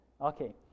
Okay